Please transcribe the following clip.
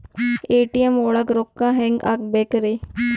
ATM ಒಳಗ್ ರೊಕ್ಕ ಹೆಂಗ್ ಹ್ಹಾಕ್ಬೇಕ್ರಿ?